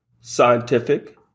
scientific